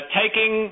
taking